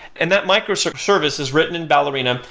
and that microservice is written in ballerina,